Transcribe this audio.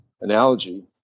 analogy